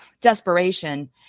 desperation